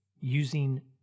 using